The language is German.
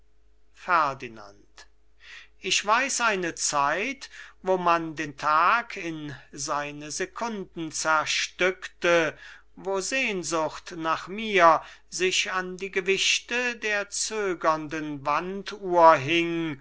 ferdinand ich weiß eine zeit wo man den tag in seine secunden zerstückte wo sehnsucht nach mir sich an die gewichte der zögernden wanduhr hing